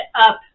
up